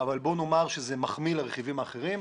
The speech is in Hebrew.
אבל בואו נאמר שזה מחמיא לרכיבים האחרים.